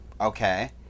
okay